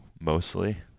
mostly